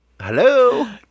Hello